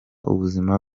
ubuzima